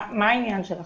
מה העניין של לחשוב?